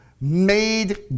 made